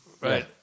Right